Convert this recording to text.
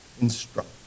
instruct